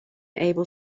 able